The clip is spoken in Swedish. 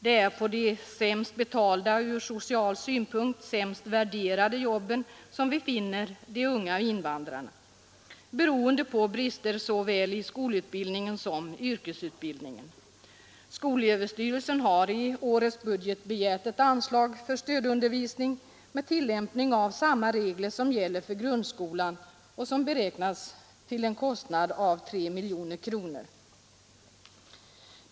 Det är på de sämst betalda och ur social synpunkt lägst värderade jobben som vi finner de unga invandrarna, beroende på brister i såväl skolutbildningen som yrkesutbildningen. Skolöverstyrelsen har i årets budget begärt ett anslag för stödundervisning med tillämpning av samma regler som gäller för grundskolan och som beräknats till en kostnad av 3 miljoner kronor.